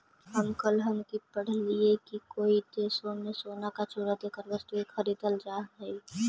हम कल हिन्कि पढ़लियई की कई देशों में सोने का चूरा देकर वस्तुएं खरीदल जा हई